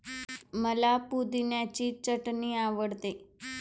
मला पुदिन्याची चटणी आवडते